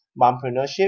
mompreneurship